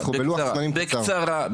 בקצרה.